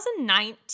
2019